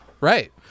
Right